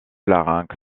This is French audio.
larynx